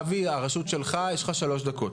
אבי, הרשות שלך, יש לך שלוש דקות.